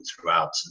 throughout